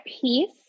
peace